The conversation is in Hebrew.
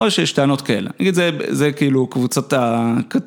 או שיש טענות כאלה. אני אגיד, זה כאילו קבוצת ה...